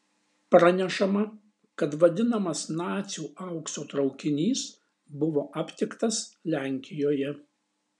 pranešama kad vadinamas nacių aukso traukinys buvo aptiktas lenkijoje